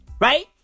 Right